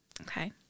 Okay